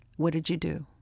what did you do?